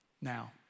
Now